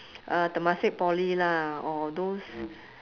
uh temasek poly lah or those